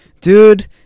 dude